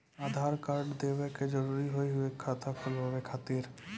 आधार कार्ड देवे के जरूरी हाव हई खाता खुलाए खातिर?